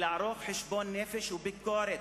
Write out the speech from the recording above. ולערוך חשבון-נפש וביקורת.